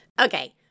Okay